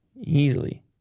Easily